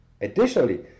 Additionally